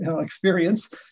experience